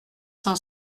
cent